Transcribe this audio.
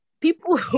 people